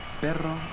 perro